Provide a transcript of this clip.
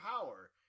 Power